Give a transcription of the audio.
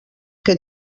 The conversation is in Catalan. que